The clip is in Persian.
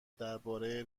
درباره